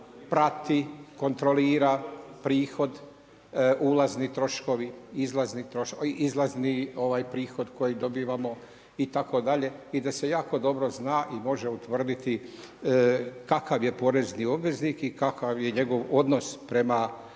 prati, kontrolira prihod, ulazni troškovi, izlazni prihod kojeg dobivamo itd. i da se jako dobro zna i može utvrditi kakav je porezni obveznik i kakav je njegov odnos prema